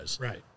Right